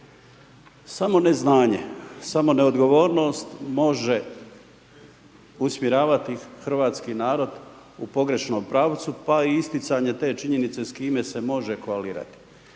Samo neznanje, samo neodgovornost može usmjeravati hrvatski narod u pogrešnom pravcu, pa i isticanje te činjenice s kime se može koalirati.